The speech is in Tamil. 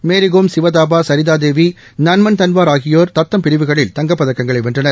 மேரிகோம் சிவதாபா சரிதாதேவி நன்மன்தன்வார் ஆகியோர் தத்தம் பிரிவுகளில் தங்கப்பதக்கங்களை வென்றனர்